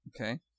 Okay